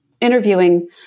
interviewing